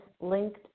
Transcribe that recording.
linked